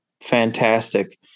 fantastic